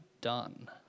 done